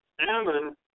Ammon